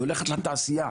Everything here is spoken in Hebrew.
היא הולכת לתעשייה,